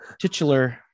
titular